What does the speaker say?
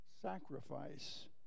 sacrifice